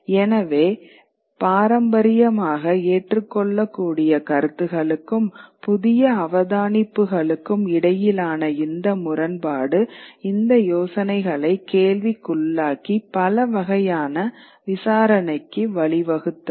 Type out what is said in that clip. எனவே பாரம்பரியமாக ஏற்றுக்கொள்ளக்கூடிய கருத்துக்களுக்கும் புதிய அவதானிப்புகளுக்கும் இடையிலான இந்த முரண்பாடு இந்த யோசனைகளை கேள்விக்குள்ளாக்கி பல வகையான விசாரணைக்கு வழிவகுத்தது